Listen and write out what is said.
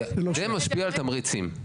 זה משפיע על תמריצים.